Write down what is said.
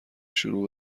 شروع